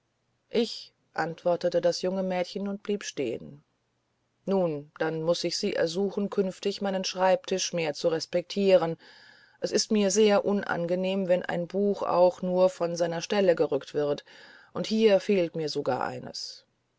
ich antwortete das junge mädchen stehen bleibend nun dann muß ich sie ersuchen künftig meinen schreibtisch mehr zu respektieren es ist mir sehr unangenehm wenn ein buch auch nur von seiner stelle gerückt wird und hier fehlt mir sogar eines